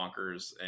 bonkers